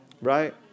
Right